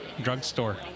drugstore